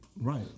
Right